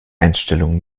einstellung